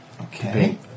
Okay